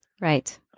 Right